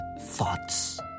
thoughts